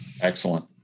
Excellent